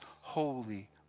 holy